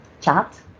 chat